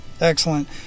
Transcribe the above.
Excellent